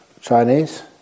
Chinese